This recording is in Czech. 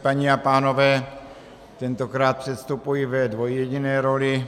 Paní a pánové, tentokrát předstupuji ve dvojjediné roli.